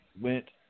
went